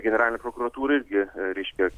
generalinė prokuratūra irgi reiškia